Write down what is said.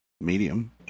Medium